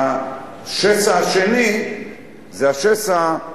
והשסע השני זה השסע,